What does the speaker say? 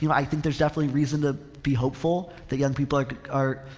you know i think there's definitely reason to be hopeful that young people are, are,